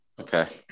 Okay